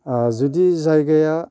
जुदि जायगाया